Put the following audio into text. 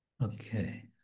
Okay